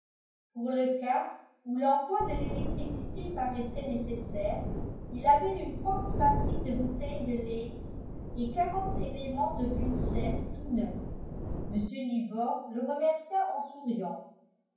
pour le cas où l'emploi de l'électricité paraîtrait nécessaire il avait une forte batterie de bouteilles de leyde et quarante éléments de bunsen tout neufs mr nibor le remercia en souriant